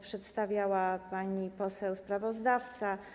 Przedstawiała to pani poseł sprawozdawca.